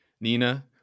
Nina